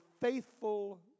faithful